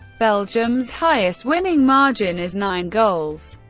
belgium's highest winning margin is nine goals,